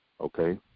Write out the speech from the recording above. Okay